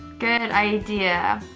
good idea,